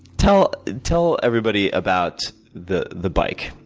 tell tell everybody about the the bike.